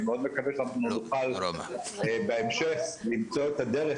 אני מאוד מקווה שנוכל בהמשך למצוא את הדרך